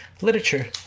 literature